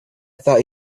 thought